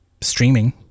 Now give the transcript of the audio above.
streaming